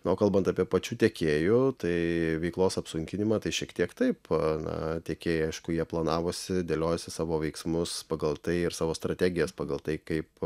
na o kalbant apie pačių tiekėjų tai veiklos apsunkinimą tai šiek tiek taip na tiekėjai aišku jie planavosi dėliojosi savo veiksmus pagal tai ir savo strategijas pagal tai kaip